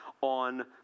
on